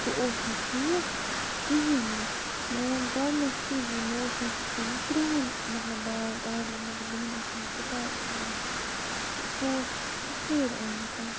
سُہ اوس نہٕ ٹھیٖک کِہیٖنۍ نہٕ مےٚ ووٚن گۄڈٕنٮ۪تھ تہِ زِ مےٚ اوس نہٕ سُہ کوٚرمُت کرٛہُن مطلب بیگ آرڈَر مےٚ دوٚپ بہٕ نِم اَتھ منٛز کِتاب وَغیرہ تہٕ سُہ اوس سفید آمُت